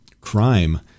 crime